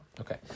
Okay